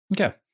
Okay